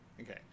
Okay